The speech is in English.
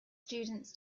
students